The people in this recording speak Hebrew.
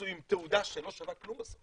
בשביל שהן יצאו עם תעודה שלא שווה כלום בסוף.